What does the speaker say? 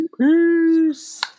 Peace